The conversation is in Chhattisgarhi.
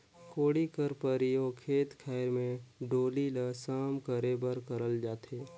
कोड़ी कर परियोग खेत खाएर मे डोली ल सम करे बर करल जाथे